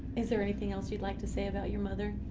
is there anything else you'd like to say about your mother?